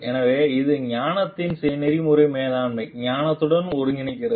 எனவே இது ஞானத்தின் நெறிமுறைகளை மேலாண்மை ஞானத்துடன் ஒருங்கிணைக்கிறது